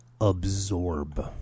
absorb